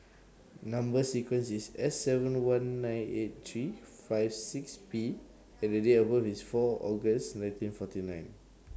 Number sequence IS S seven one nine eight three five six P and Date of birth IS four August nineteen forty nine